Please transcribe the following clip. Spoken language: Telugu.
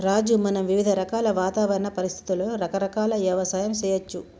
రాజు మనం వివిధ రకాల వాతావరణ పరిస్థితులలో రకరకాల యవసాయం సేయచ్చు